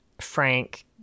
Frank